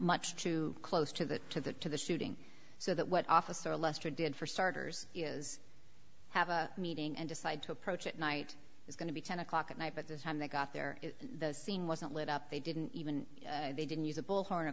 much too close to the to the to the shooting so that what officer lester did for starters is have a meeting and decide to approach it night is going to be ten o'clock at night but this time they got there the scene wasn't lit up they didn't even they didn't use a bullhorn a